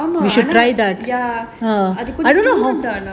ஆமா:aamaa ya அதுகூட:athukuda